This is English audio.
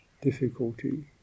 difficulty